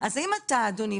אז האם אתה אדוני,